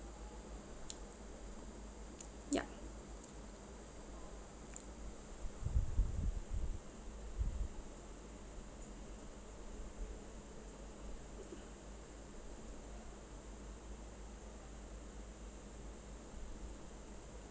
yup